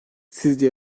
sizce